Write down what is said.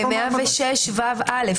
ב-106ו(א).